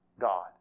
God